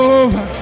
over